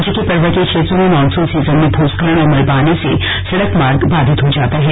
राज्य के पर्वतीय क्षेत्रों में मानसून सीजन में भूस्खलन और मलबा आने से सड़क मार्ग बाधित हो जाता है